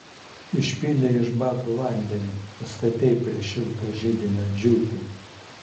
išpylei iš batų vandenį pastatei prie šilto židinio džiūti